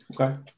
okay